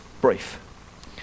brief